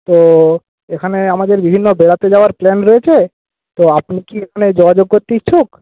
তো এখানে আমাদের বিভিন্ন বেড়াতে যাওয়ার প্ল্যান রয়েছে তো আপনি কি এখানে যোগাযোগ করতে ইচ্ছুক